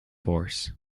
force